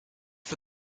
for